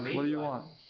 what do you want?